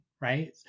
right